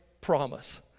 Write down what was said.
promise